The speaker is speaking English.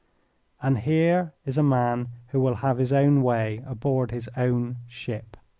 and here is a man who will have his own way aboard his own ship.